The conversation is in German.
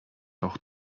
auch